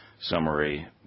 summary